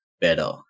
better